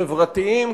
חברתיים,